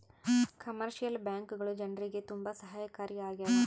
commercial ಬ್ಯಾಂಕ್ಗಳು ಜನ್ರಿಗೆ ತುಂಬಾ ಸಹಾಯಕಾರಿ ಆಗ್ಯಾವ